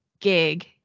gig